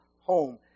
home